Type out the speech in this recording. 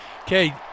okay